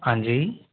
हाँ जी